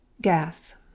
Gas